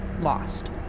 lost